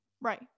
Right